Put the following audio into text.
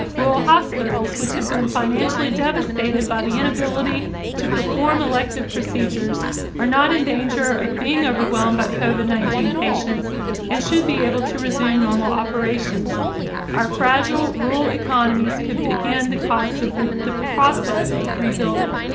rural hospitals which have been financially devastated by the inability to perform elective procedures are not in danger of being overwhelmed by covid nineteen. patience and should be able to resume normal operations are fragile rule economies could begin the cost of the process of rebuilding.